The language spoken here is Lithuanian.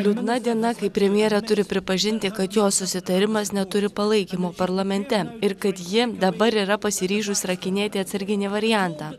liūdna diena kai premjerė turi pripažinti kad jos susitarimas neturi palaikymo parlamente ir kad ji dabar yra pasiryžus rakinėti atsarginį variantą